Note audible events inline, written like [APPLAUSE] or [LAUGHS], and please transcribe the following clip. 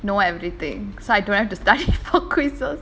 know everything so I don't have to study [LAUGHS] for quizzes